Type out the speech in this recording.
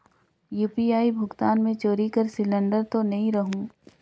UPI भुगतान मे चोरी कर सिलिंडर तो नइ रहु?